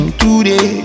today